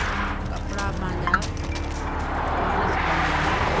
असां कपिड़ा पंहिंजा पाण सिबंदा आहियूं